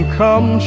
come